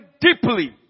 deeply